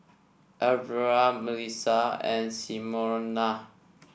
Alvira Mellisa and Simona